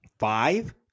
Five